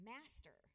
Master